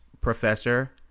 professor